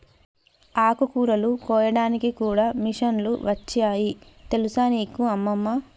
ఆకుకూరలు కోయడానికి కూడా మిషన్లు వచ్చాయి తెలుసా నీకు అమ్మమ్మ